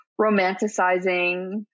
romanticizing